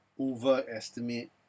overestimate